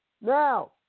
Now